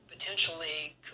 potentially